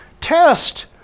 test